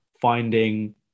finding